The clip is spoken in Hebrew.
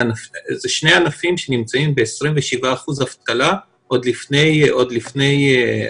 זה שני ענפים שנמצאים ב-27% אבטלה עוד לפני הסגר.